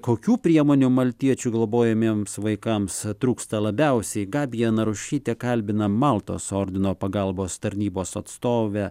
kokių priemonių maltiečių globojamiems vaikams trūksta labiausiai gabija narušytė kalbina maltos ordino pagalbos tarnybos atstovę